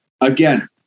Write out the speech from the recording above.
Again